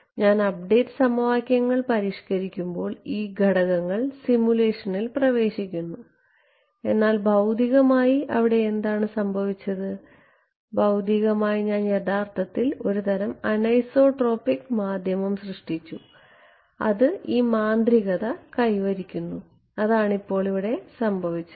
ഞാൻ അപ്ഡേറ്റ് സമവാക്യങ്ങൾ പരിഷ്ക്കരിക്കുമ്പോൾ ഈ ഘടകങ്ങൾ സിമുലേഷനിൽ പ്രവേശിക്കുന്നു എന്നാൽ ഭൌതികമായി എന്താണ് സംഭവിച്ചത് ഭൌതികമായി ഞാൻ യഥാർത്ഥത്തിൽ ഒരുതരം അനിസോട്രോപിക് മാധ്യമം സൃഷ്ടിച്ചു അത് ഈ മാന്ത്രികത കൈവരിക്കുന്നു അതാണ് ഇപ്പോൾ ഇവിടെ സംഭവിച്ചത്